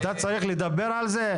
אתה צריך לדבר על זה?